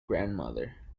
grandmother